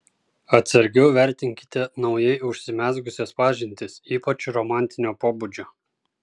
atsargiau vertinkite naujai užsimezgusias pažintis ypač romantinio pobūdžio